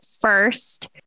first